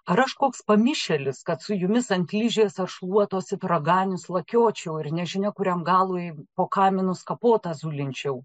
ar aš koks pamišėlis kad su jumis ant ližės ar šluotos it raganos lakiočiau ir nežinia kuriam galui po kaminus kapotą zulinčiau